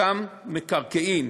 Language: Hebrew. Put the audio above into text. אותם מקרקעין